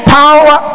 power